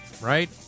right